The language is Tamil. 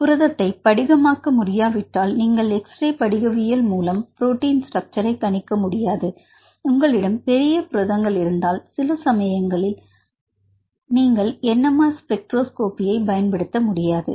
புரதத்தை படிகமாக்க முடியாவிட்டால் நீங்கள் xray படிகவியல் மூலம் புரோட்டின் ஸ்ட்ரக்ச்சர் ஐ கணிக்க முடியாது உங்களிடம் பெரிய புரதங்கள் இருந்தால் சில சமயங்களில் நீங்கள் என்எம்ஆர் ஸ்பெக்ட்ரோஸ்கோபியைப் பயன்படுத்த முடியாது